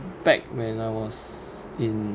back when I was in